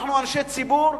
אנחנו אנשי ציבור,